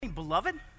beloved